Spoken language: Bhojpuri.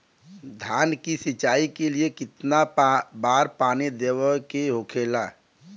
धान की सिंचाई के लिए कितना बार पानी देवल के होखेला?